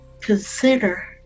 consider